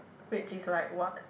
which is like what